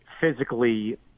physically